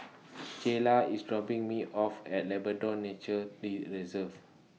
Jayla IS dropping Me off At Labrador Nature Reserve